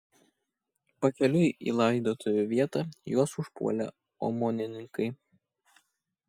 pakeliui į laidotuvių vietą juos užpuolė omonininkai